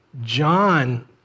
John